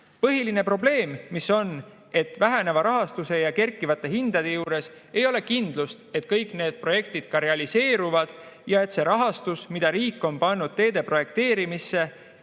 Põhiline probleem: väheneva rahastuse ja kerkivate hindade juures ei ole kindlust, et kõik need projektid realiseeruvad ja et see rahastus, mida riik on pannud teede projekteerimisse,